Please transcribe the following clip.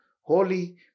holy